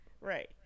right